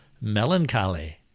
melancholy